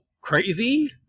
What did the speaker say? crazy